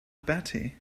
batty